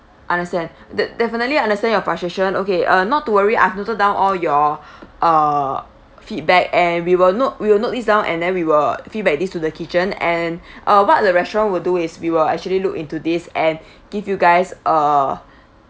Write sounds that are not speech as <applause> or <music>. understand <breath> de~ definitely understand your frustration okay uh not to worry I've noted down all your <breath> uh feedback and we will note we will note this down and then we will feedback these to the kitchen and <breath> uh what the restaurant will do is we will actually look into this and <breath> give you guys uh <breath>